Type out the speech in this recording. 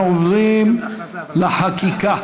אנחנו עוברים לחקיקה.